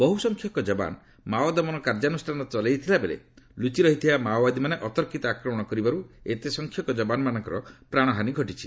ବହୁସଂଖ୍ୟକ ଯବାନ ମାଓଦମନ କାର୍ଯ୍ୟାନୁଷ୍ଠାନ ଚଳାଇଥିବାବେଳେ ଲୁଚି ରହିଥିବା ମାଓବାଦୀମାନେ ଅତର୍କିତ ଆକ୍ରମଣ କରିବାରୁ ଏତେ ସଂଖ୍ୟକ ଯବାନଙ୍କର ପ୍ରାଣହାନୀ ଘଟିଛି